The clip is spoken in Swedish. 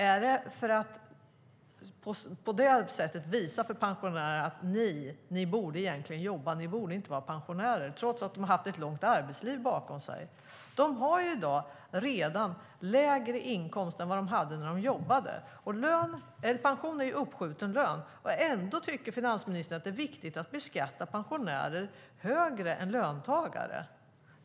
Är det för att på det sättet visa för pensionärerna att de egentligen borde jobba, att de inte vara pensionärer, trots att de har ett långt arbetsliv bakom sig? De har redan lägre inkomster än vad de hade när de jobbade. Pension är ju uppskjuten lön, och ändå tycker finansministern att det är viktigt att beskatta pensionärer högre än löntagare.